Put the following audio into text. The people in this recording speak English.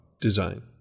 design